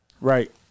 Right